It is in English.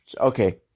Okay